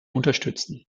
unterstützen